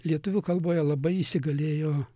lietuvių kalboje labai įsigalėjo